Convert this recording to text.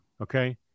Okay